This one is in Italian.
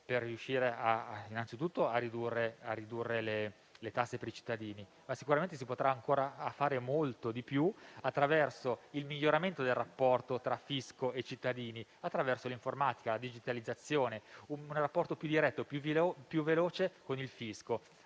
per riuscire a ridurre le tasse ai cittadini. Sicuramente si potrà fare ancora molto di più migliorando il rapporto tra fisco e cittadini, attraverso l'informatica, la digitalizzazione, un rapporto più diretto e veloce con il fisco.